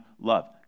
love